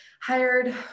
hired